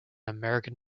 american